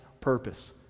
purpose